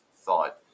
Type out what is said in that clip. thought